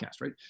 right